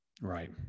Right